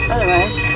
Otherwise